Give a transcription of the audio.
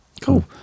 Cool